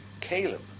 Caleb